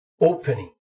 opening